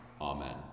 Amen